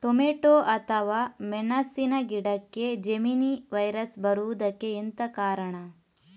Tomato ಅಥವಾ ಮೆಣಸಿನ ಗಿಡಕ್ಕೆ ಜೆಮಿನಿ ವೈರಸ್ ಬರುವುದಕ್ಕೆ ಎಂತ ಕಾರಣ?